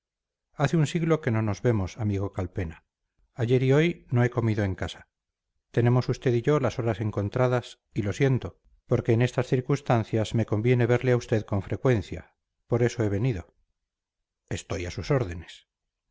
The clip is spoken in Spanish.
hace un siglo que no nos vemos amigo calpena ayer y hoy no he comido en casa tenemos usted y yo las horas encontradas y lo siento porque en estas circunstancias me conviene verle a usted con frecuencia por eso he venido estoy a sus órdenes